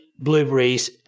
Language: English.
blueberries